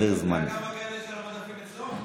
כאלו יש על המדפים אצלו.